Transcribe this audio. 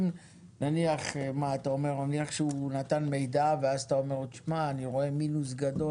נניח שהוא נתן מידע ואז אתה אומר לו שאתה רואה מינוס גדול.